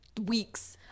weeks